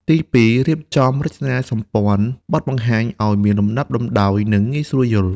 ទីពីរ រៀបចំរចនាសម្ព័ន្ធបទបង្ហាញឱ្យមានលំដាប់លំដោយ និងងាយស្រួលយល់។